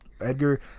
Edgar